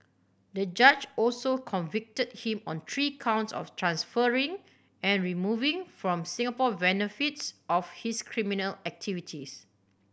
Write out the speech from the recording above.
the judge also convicted him on three counts of transferring and removing from Singapore benefits of his criminal activities